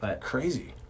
Crazy